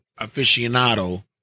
aficionado